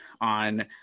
on